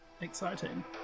Exciting